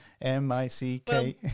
m-i-c-k